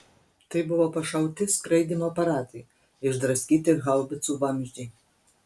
tai buvo pašauti skraidymo aparatai išdraskyti haubicų vamzdžiai